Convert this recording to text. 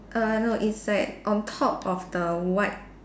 err no it's like on top of the white